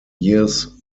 years